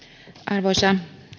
arvoisa